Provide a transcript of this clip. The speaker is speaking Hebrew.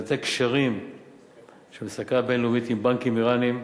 לנתק קשרים של המסלקה הבין-לאומית עם בנקים אירניים.